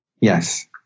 Yes